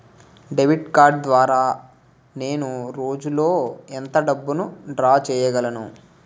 Debit card ద్వారా నేను రోజు లో ఎంత డబ్బును డ్రా చేయగలను?